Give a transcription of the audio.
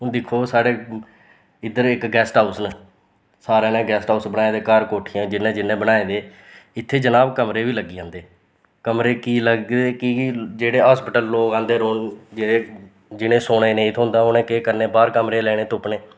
हून दिक्खो साढ़ै इद्धर इक गेस्ट हाउस न सारें न गेस्ट हाउस बनाए दे घर कोठियां जिन्नै जिन्नै बनाए दे इत्थें जनाब कमरे बी लग्गी जन्दे कमरे की लग की के जेह्ड़े हॉस्पिटल लोग आंदे रौह्न जिनें जिनें सौने नेईं थ्होंदा उनें केह् करने बाह्र कमरे लैने तुप्पने